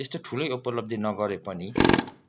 त्यस्तो ठुलै उपलब्धि नगरे पनि